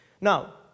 Now